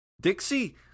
Dixie